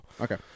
Okay